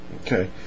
Okay